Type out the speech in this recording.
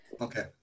Okay